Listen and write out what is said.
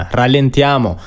rallentiamo